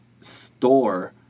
store